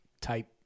type